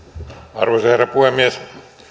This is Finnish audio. arvoisa herra puhemies